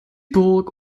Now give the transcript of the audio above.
burg